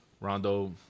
Rondo